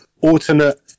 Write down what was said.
alternate